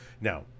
Now